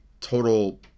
total